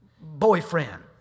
boyfriend